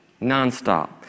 nonstop